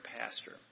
pastor